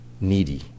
needy